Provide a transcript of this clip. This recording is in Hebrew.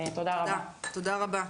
תודה רבה.